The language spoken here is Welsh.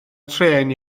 trên